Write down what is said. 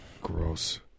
Gross